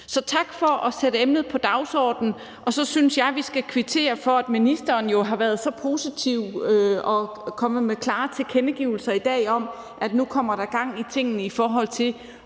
tak for at sætte emnet på dagsordenen. Så synes jeg, vi skal kvittere for, at ministeren jo har været så positiv og er kommet med klare tilkendegivelser i dag om, at nu kommer der gang i tingene i forhold til